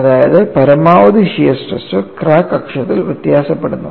അതായത് പരമാവധി shear stress crack അക്ഷത്തിൽ വ്യത്യാസപ്പെടുന്നു